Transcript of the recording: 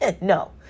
No